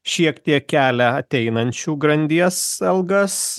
šiek tiek kelia ateinančių grandies algas